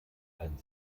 ein